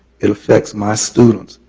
it affects my students.